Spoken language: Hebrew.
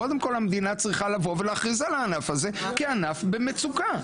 קודם כל המדינה צריכה לבוא ולהכריז על הענף הזה כענף במצוקה.